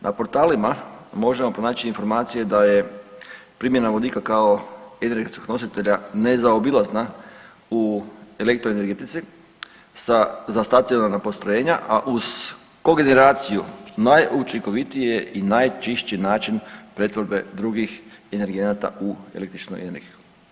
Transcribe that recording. Na portalima možemo pronaći informacije da je primjena vodika kao energetskog nositelja nezaobilazna u elektroenergetici sa …/nerazumljivo/… na postrojenja, a uz kogeneraciju najučinkovitije i najčišći način pretvorbe drugih energenata u električnu energiju.